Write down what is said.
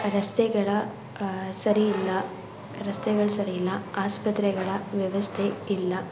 ರಸ್ತೆಗಳು ಸರಿಯಿಲ್ಲ ರಸ್ತೆಗಳು ಸರಿಯಿಲ್ಲ ಆಸ್ಪತ್ರೆಗಳ ವ್ಯವಸ್ಥೆ ಇಲ್ಲ